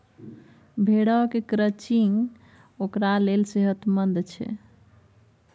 भेड़क क्रचिंग ओकरा लेल सेहतमंद छै